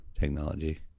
technology